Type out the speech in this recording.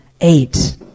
Eight